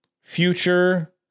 future